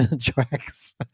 tracks